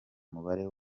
umubare